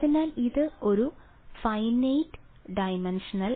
അതിനാൽ ഇത് ഒരു ഫിനിറ്റ് ഡൈമൻഷണൽ വെക്റ്റർ സ്പേസ് ആയി മാറുന്നു